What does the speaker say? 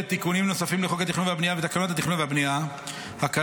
תיקונים נוספים לחוק התכנון והבנייה ותקנות התכנון והבנייה (הקלה,